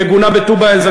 היא מגונה בטובא-זנגרייה,